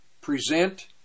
present